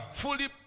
fully